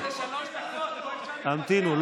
המתינו.